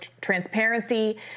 transparency